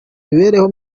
mibereho